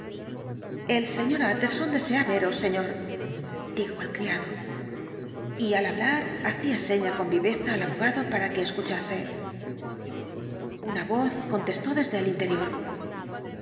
el sr tjtterson desea veros señor dijo el criado y al hablar bacía seña con viveza al abogado para que escuchase una voz contestó desde el interior